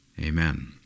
Amen